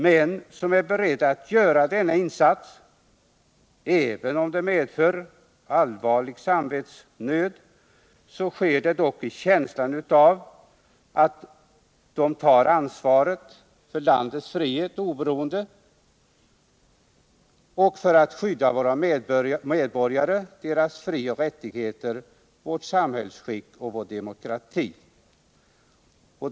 Men de är beredda att göra denna insats även om det medför allvarlig samvetsnöd, och det sker med en känsla av att ta ansvar för landets frihet och oberoende och för att skydda våra medborgare, deras frioch rättigheter, vårt samhällsskick och vår demokrati.